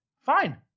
fine